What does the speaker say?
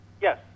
Yes